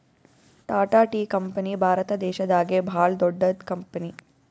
Tata tea company Bharat ದೇಶದಾಗೆ ಭಾಳ್ ದೊಡ್ಡದ್ ಕಂಪನಿ